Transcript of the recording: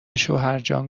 شوهرجان